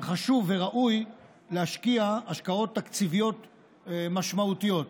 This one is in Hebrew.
חשוב וראוי להשקיע השקעות תקציביות משמעותיות.